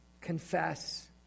confess